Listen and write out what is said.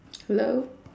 hello